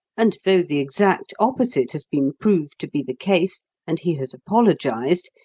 and though the exact opposite has been proved to be the case and he has apologized,